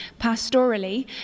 pastorally